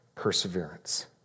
perseverance